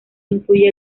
incluye